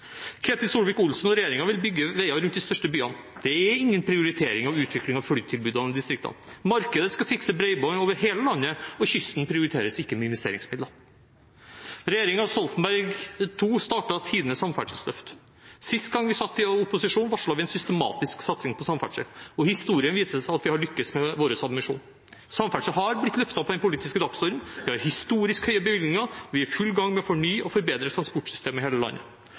Ketil Solvik-Olsen og regjeringen vil bygge veier rundt de største byene. Det er ingen prioritering av utvikling av flytilbudene i distriktene, markedet skal fikse bredbånd over hele landet, og kysten prioriteres ikke med investeringsmidler. Regjeringen Stoltenberg II startet tidenes samferdselsløft. Sist gang vi satt i opposisjon, varslet vi en systematisk satsing på samferdsel. Historien viser at vi har lyktes med vår ambisjon – samferdsel har blitt løftet på den politiske dagsordenen, vi har historisk høye bevilgninger, og vi er i full gang med å fornye og forbedre transportsystemet i hele landet.